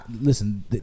listen